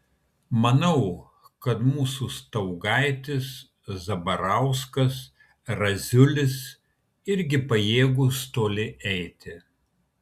manau kad mūsų staugaitis zabarauskas raziulis irgi pajėgūs toli eiti